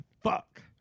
Fuck